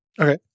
Okay